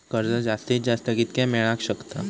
कर्ज जास्तीत जास्त कितक्या मेळाक शकता?